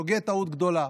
טועה טעות גדולה.